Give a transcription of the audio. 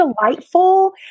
delightful